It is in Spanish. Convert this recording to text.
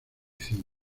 zinc